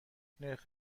نرخ